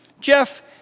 Jeff